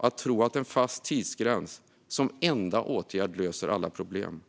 att tro att en fast tidsgräns som enda åtgärd löser alla problem.